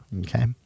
Okay